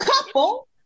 Couple